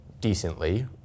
decently